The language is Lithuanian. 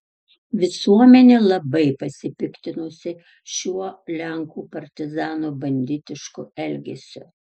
visuomenė labai pasipiktinusi šiuo lenkų partizanų banditišku elgesiu